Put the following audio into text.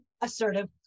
assertive